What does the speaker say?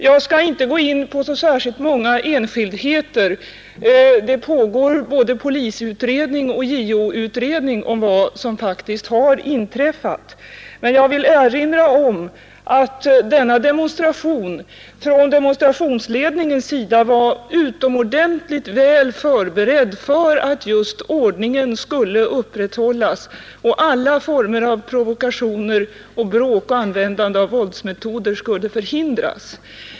Jag skall inte gå in på så särskilt många enskildheter. Det pågår både polisutredning och JO-utredning om vad som faktiskt har inträffat. Men jag vill erinra om att denna demonstration från demonstrationsledningens sida var utomordentligt väl förberedd just för att ordningen skulle upprätthållas och alla former av provokationer, bråk och användande av våldsmetoder skulle förhindras.